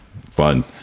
Fun